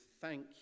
thank